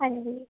ਹਾਂਜੀ